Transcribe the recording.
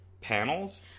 panels